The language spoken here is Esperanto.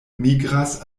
migras